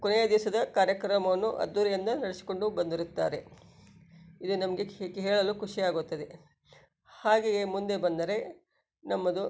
ಕೊನೆಯ ದಿವಸದ ಕಾರ್ಯಕ್ರಮವನ್ನು ಅದ್ಧೂರಿಯಿಂದ ನೆಡೆಸಿಕೊಂಡು ಬಂದಿರುತ್ತಾರೆ ಇದು ನಮಗೆ ಹಿ ಹೇಳಲು ಖುಷಿಯಾಗುತ್ತದೆ ಹಾಗೆಯೇ ಮುಂದೆ ಬಂದರೆ ನಮ್ಮದು